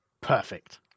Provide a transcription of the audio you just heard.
Perfect